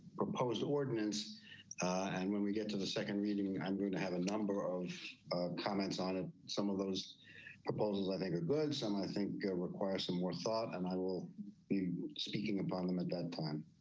proposal ordinance and when we get to the second meeting. i'm going to have a number of comments on it. some of those proposals i think are good. some i think require some more thought. and i will be speaking upon them at that time.